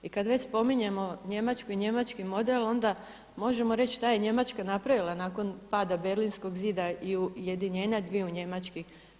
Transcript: I kad već spominjemo Njemačku i njemački model, onda možemo reći šta je Njemačka napravila nakon pada Berlinskog zida i ujedinjenja dviju Njemački.